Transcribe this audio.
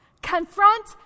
Confront